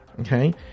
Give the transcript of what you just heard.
Okay